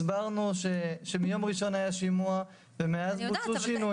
הסברנו שביום ראשון היה שימוע ומאז בוצעו שינויים.